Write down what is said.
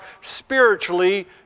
spiritually